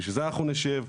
בשביל זה אנחנו נשב,